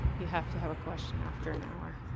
you have to have a question after an hour.